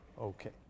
Okay